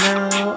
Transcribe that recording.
Now